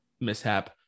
mishap